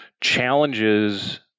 challenges